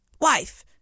wife